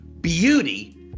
beauty